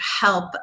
help